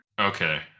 Okay